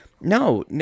no